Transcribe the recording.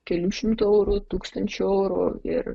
kelių šimtų eurų tūkstančio eurų ir